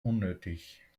unnötig